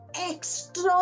extra